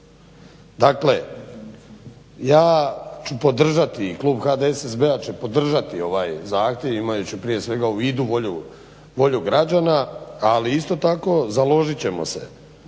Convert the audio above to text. Dakle, ja ću podržati, klub HDSSB-a će podržati ovaj zahtjev imajući prije svega u vidu volju građana, ali isto tako založit ćemo se.